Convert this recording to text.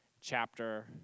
chapter